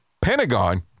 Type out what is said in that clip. Pentagon